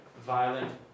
violent